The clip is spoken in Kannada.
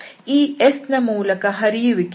ಈ S ನ ಮೂಲಕ ಹರಿಯುವಿಕೆಯು ∬SFndσ